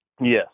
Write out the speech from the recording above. Yes